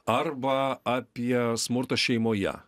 arba apie smurtą šeimoje